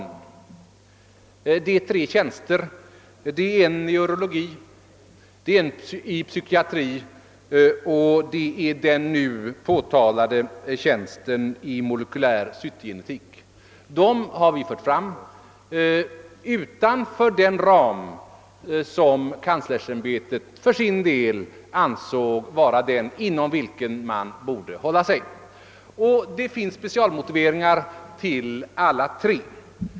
Det gäller tre tjänster, en i neurologi, en 1 psykiatri och den nu omtalade tjänsten i molekylär cytogenetik. Förslag om dessa tre tjänster har vi alltså framlagt utanför den ram som kanslersämbetet för sin del ansåg vara den inom vilken man borde hålla sig. Det finns specialmotiveringar för alla tre tjänsterna.